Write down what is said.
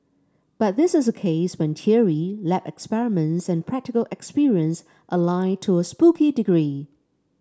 but this is a case when theory lab experiments and practical experience align to a spooky degree